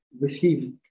receive